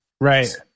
Right